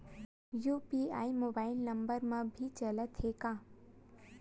UPI mobile number मा भी चलते हे का?